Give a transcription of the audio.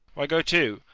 why, go to,